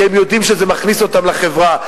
כי הם יודעים שזה מכניס אותם לחברה.